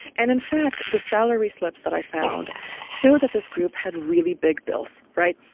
and in fact, the salary slips that i found show that this group had really big bills, right?